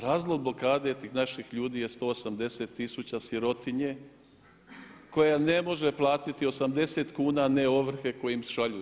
Razlog blokade tih naših ljudi je 180 tisuća sirotinje koja ne može platiti 80 kn a ne ovrhe koje im šalju.